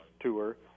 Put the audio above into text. tour